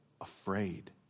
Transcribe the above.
afraid